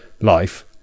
life